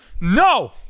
no